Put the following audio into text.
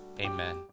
Amen